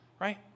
right